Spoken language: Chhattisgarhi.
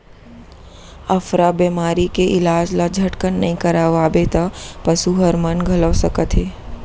अफरा बेमारी के इलाज ल झटकन नइ करवाबे त पसू हर मन घलौ सकत हे